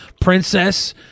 princess